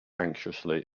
anxiously